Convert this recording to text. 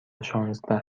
شانزده